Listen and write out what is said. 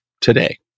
today